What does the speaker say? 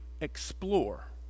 explore